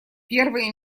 первые